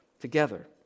together